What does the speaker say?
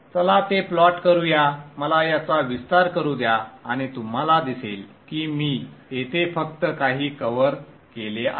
चला ते प्लॉट करूया मला याचा विस्तार करू द्या आणि तुम्हाला दिसेल की मी येथे फक्त काही कव्हर केले आहे